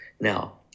now